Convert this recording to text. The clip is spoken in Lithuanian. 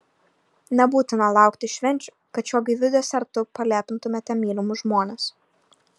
nebūtina laukti švenčių kad šiuo gaiviu desertu palepintumėte mylimus žmones